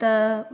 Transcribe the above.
त